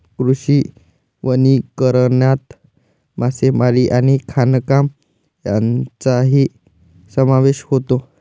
कृषी वनीकरणात मासेमारी आणि खाणकाम यांचाही समावेश होतो